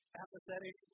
apathetic